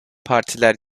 partiler